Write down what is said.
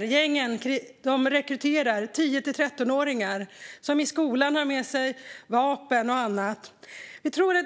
Gängen rekryterar 10-13-åringar. De har med sig vapen och annat till skolan.